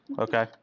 okay